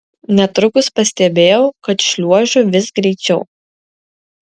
netrukus pastebėjau kad šliuožiu vis greičiau